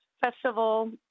Festival